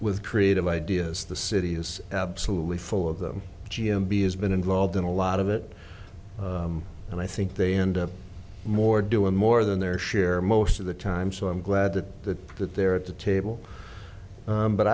with creative ideas the city is absolutely full of them g m b has been involved in a lot of it and i think they end up more doing more than their share most of the time so i'm glad that the that they're at the table